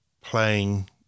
playing